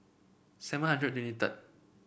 seven hundred and twenty third